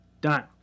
Done